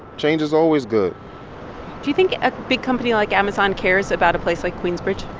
change is always good do you think a big company like amazon cares about a place like queensbridge?